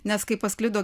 nes kai pasklido